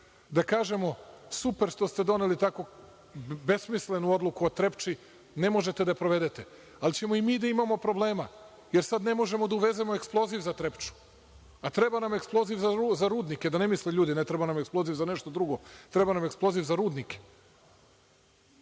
da kažemo – super što ste doneli takvu besmislenu odluku o Trepči, ne možete da je sprovedete, ali ćemo i mi da imamo problema, jer sad ne možemo da uvezemo eksploziv za Trepču, a treba nam eksploziv za rudnike, da ne misle ljudi da nam treba eksploziv za nešto drugo, treba nam eksploziv za rudnike. Dakle,